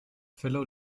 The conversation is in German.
fellow